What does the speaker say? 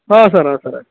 ಹಾಂ ಸರ್ ಹಾಂ ಸರ್ ಆಯ್ತು